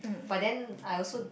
but then I also